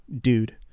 dude